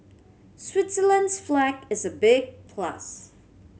Switzerland's flag is a big plus